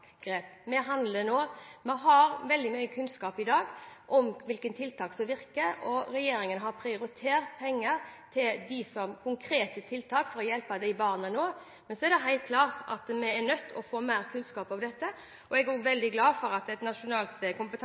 vi handler nå. Vi har veldig mye kunnskap i dag om hvilke tiltak som virker, og regjeringen har prioritert penger til konkrete tiltak for å hjelpe de barna nå. Men så er det helt klart at vi er nødt til å få mer kunnskap om dette. Jeg er veldig glad for at et nasjonalt